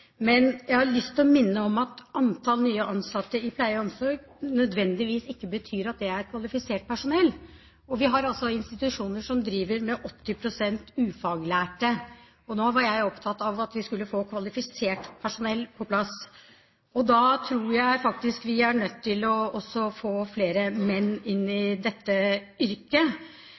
Men jeg har lyst til å minne om at antallet nye ansatte i pleie- og omsorgssektoren ikke nødvendigvis betyr at det er kvalifisert personell. Vi har institusjoner som drives med 80 pst. ufaglærte. Nå var jeg opptatt av at vi skulle få kvalifisert personell på plass. Da tror jeg vi er nødt til å få flere menn inn i dette yrket.